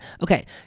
Okay